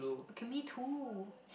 okay me too